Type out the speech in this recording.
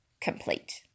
complete